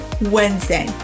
Wednesday